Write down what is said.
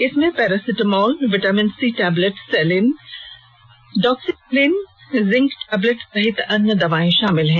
इसमें paracetamol vitamin C tablet सेलिन doxycycline zinc tablet सहित अन्य दवाएं शामिल हैं